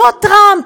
לא טראמפ,